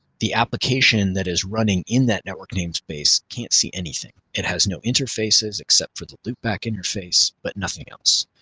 the application that is running in that network name space can't see anything. it has no interfaces except for the loop back interface but nothing else.